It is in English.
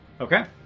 Okay